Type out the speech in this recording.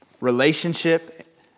Relationship